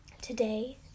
Today